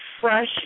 fresh